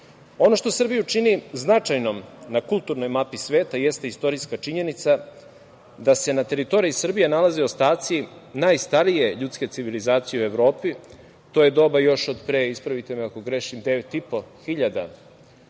što Srbiju čini značajnom na kulturnoj mapi sveta jeste istorijska činjenica da se na teritoriji Srbije nalaze ostaci najstarije ljudske civilizacije u Evropi. To je doba još od pre, ispravite me ako grešim, 9.500